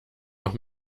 noch